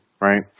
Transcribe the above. right